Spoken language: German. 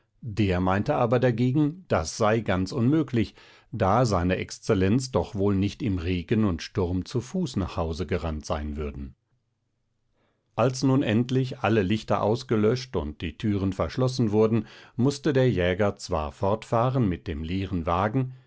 der meinte aber dagegen das sei ganz unmöglich da se exzellenz doch wohl nicht im regen und sturm zu fuß nach hause gerannt sein würden als nun endlich alle lichter ausgelöscht und die türen verschlossen wurden mußte der jäger zwar fortfahren mit dem leeren wagen